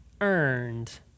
earned